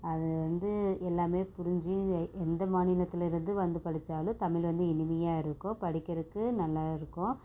அது வந்து எல்லாமே புரிஞ்சு எந்த மாநிலத்திலேருந்து வந்து படிச்சாலும் தமிழ் வந்து இனிமையாக இருக்கும் படிக்கிறதுக்கு நல்லா இருக்கும்